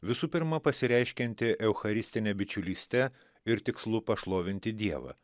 visų pirma pasireiškianti eucharistine bičiulyste ir tikslu pašlovinti dievą